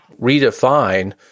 Redefine